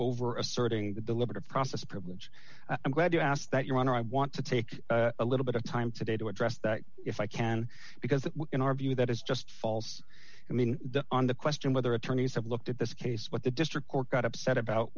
over asserting that the limit of process privilege i'm glad you asked that your honor i want to take a little bit of time today to address that if i can because in our view that is just false i mean the on the question whether attorneys have looked at this case what the district court got upset about